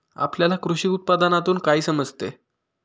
आपल्याला कृषी उत्पादनातून काय समजते?